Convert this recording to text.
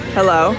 Hello